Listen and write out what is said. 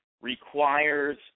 requires